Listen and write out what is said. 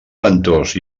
ventós